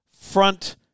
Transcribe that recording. front